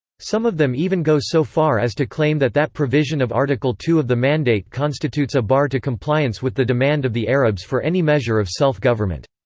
some of them even go so far as to claim that that provision of article two of the mandate constitutes a bar to compliance with the demand of the arabs for any measure of self-government.